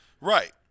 Right